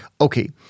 Okay